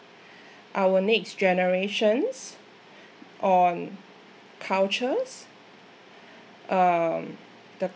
our next generations on cultures um the